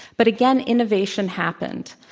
but again, innovation happened.